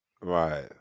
Right